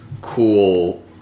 cool